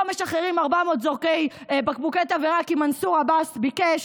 לא משחררים 400 זורקי בקבוקי תבערה כי מנסור עבאס ביקש.